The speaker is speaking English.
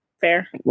Fair